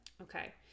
Okay